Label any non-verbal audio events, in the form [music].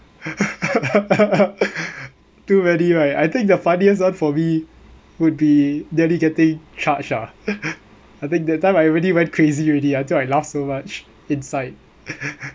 [laughs] too many right I think the funniest one for me would be delegating charge ah [laughs] I think that time I already went crazy already until I laugh so much inside [laughs]